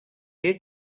the